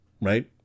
Right